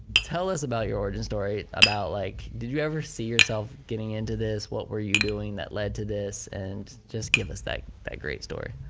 tell us about your origin story, about like did you ever see yourself getting into this? what were you doing that led to this and just give us that that great story?